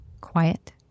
quiet